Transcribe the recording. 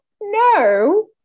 no